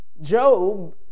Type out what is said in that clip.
Job